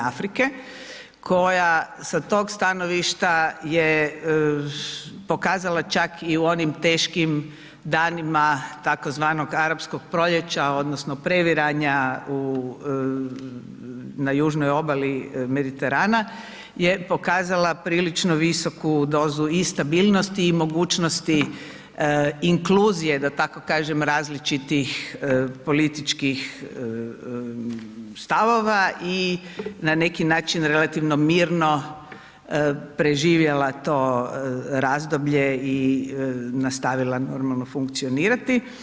Afrike, koja sa tog stanovišta je pokazala čak i u onim teškim danima, tzv. Arapskog proljeća, odnosno previranja na južnoj obali Mediterana je pokazala prilično visoku dozu i stabilnosti i mogućnosti inkluzije, da tako kažem, različitih političkih stavova i na neki način relativno mirno preživjela to razdoblje i nastavila normalno funkcionirati.